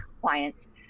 clients